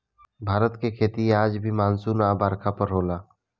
भारत के खेती आज भी मानसून आ बरखा पर होला